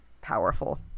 powerful